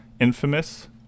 infamous